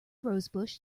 rosebush